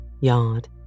yard